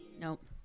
Nope